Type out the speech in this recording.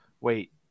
Wait